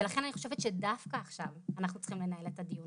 ולכן אני חושבת שדווקא עכשיו אנחנו צריכים לנהל את הדיון